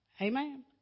Amen